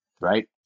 right